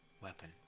weapon